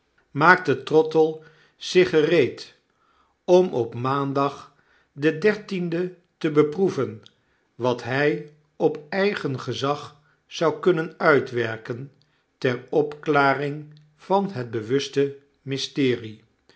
maakte trottle zich gereed om op maandag den dertienden te beproeveu wat hij op eigen gezagzoukunnen uitwerken ter opklaring van het bewuste mysterie